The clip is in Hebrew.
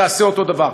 תעשה אותו דבר.